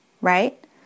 right